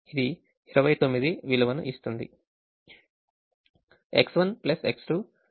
ఇది 29 విలువను ఇస్తుంది